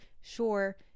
sure